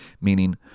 meaning